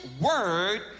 word